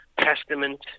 Testament